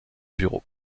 bureau